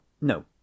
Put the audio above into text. no